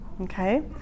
Okay